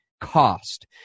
cost